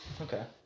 Okay